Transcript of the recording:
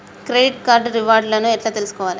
Credit card reward లను ఎట్ల తెలుసుకోవాలే?